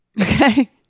Okay